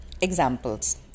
examples